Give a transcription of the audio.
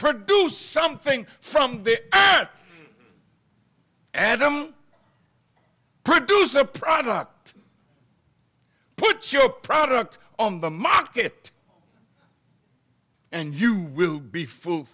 produce something from adam produce a product put your product on the market and you will be f